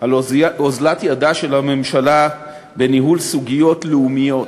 על אוזלת ידה של הממשלה בניהול סוגיות לאומיות,